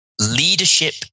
leadership